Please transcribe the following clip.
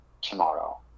tomorrow